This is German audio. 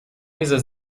dieser